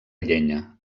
llenya